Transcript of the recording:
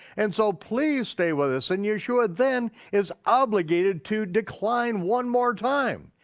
and so please stay with us. and yeshua then is obligated to decline one more time.